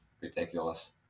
ridiculous